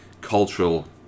cultural